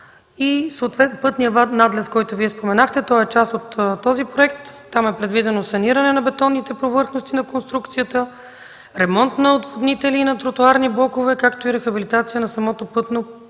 банка. Пътният надлез, за който Вие споменахте, е част от този проект. Там е предвидено саниране на бетонните повърхности на конструкцията, ремонт на отводнители и на тротоарни блокове, както и рехабилитация на самото пътно